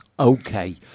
Okay